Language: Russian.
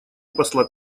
посла